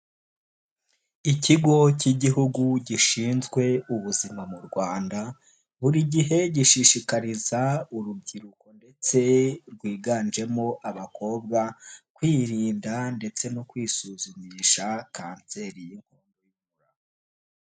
Ikigo cy'igihugu gishinzwe ubuzima mu Rwanda, buri gihe gishishikariza urubyiruko ndetse rwiganjemo abakobwa kwirinda ndetse no kwisuzumisha Kanseri y'Inkondo y'umura.